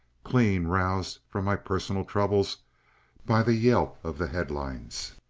clean roused from my personal troubles by the yelp of the headlines.